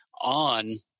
on